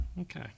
Okay